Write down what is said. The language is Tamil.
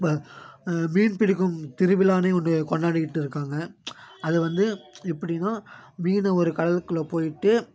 இப்போ மீன் பிடிக்கும் திருவிழான்னு ஒன்று கொண்டாடிக்கிட்டு இருக்காங்க அது வந்து எப்படின்னா மீனவர் கடலுக்குள்ளே போய்ட்டு